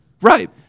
Right